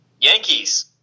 Yankees